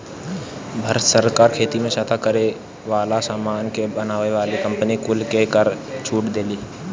भारत सरकार खेती में सहायता करे वाला सामानन के बनावे वाली कंपनी कुल के कर में छूट देले